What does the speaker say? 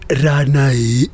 ranae